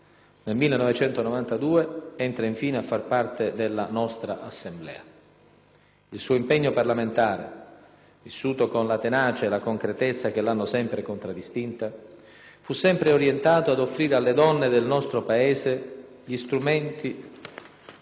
nel 1992 entra infine a far parte della nostra Assemblea. Il suo impegno parlamentare, vissuto con la tenacia e la concretezza che l'hanno sempre contraddistinta, fu sempre orientato ad offrire alle donne del nostro Paese reali strumenti